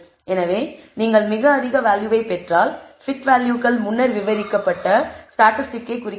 எனவே நீங்கள் மிக அதிக வேல்யூவை பெற்றால் fit வேல்யூகள் முன்னர் விவரிக்கப்பட்ட ஸ்டாட்டிஸ்டிக்கை குறிக்கின்றன